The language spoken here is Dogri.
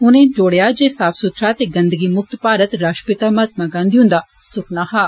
उनें जोडेआ जे साफ सुथरा ते गंदगी मुक्त भारत राश्ट्रपित महात्मा गांधी हुन्दा सुखना हा